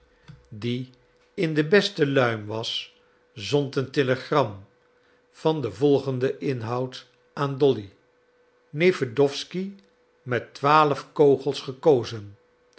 die in de beste luim was zond een telegram van den volgenden inhoud aan dolly newedowsky met twaalf kogels gekozen